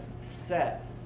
set